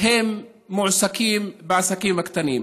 מועסקים בעסקים הקטנים.